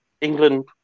England